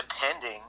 depending